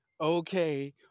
okay